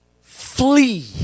flee